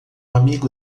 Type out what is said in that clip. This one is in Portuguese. amigo